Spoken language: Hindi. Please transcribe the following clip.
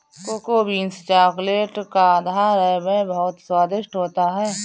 कोको बीन्स चॉकलेट का आधार है वह बहुत स्वादिष्ट होता है